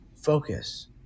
Focus